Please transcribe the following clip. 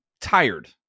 tired